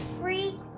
free